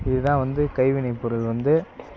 இது தான் வந்து கைவினைப் பொருள் வந்து